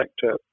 sector